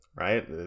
right